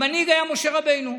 המנהיג היה משה רבנו.